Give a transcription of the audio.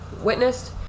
witnessed